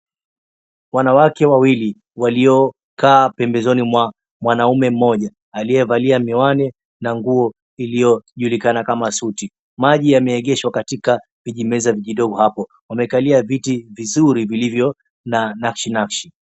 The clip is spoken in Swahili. Wanawake wawili walioakaa pembezoni mwa mwanamme mmoja aliyevalia miwani na nguo iliyojulikana kama suti. Maji yameegezwa katika vijimeza vidogo hapo . Wamekalia viti vizuri vilivyo na nashinashi.